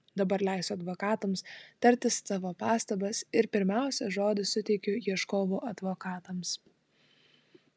dabar leisiu advokatams tarti savo pastabas ir pirmiausia žodį suteiksiu ieškovų advokatams